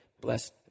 blessed